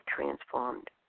transformed